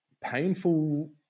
painful